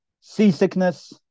seasickness